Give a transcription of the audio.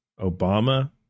Obama